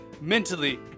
mentally